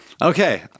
Okay